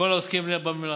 לכל העוסקים במלאכה: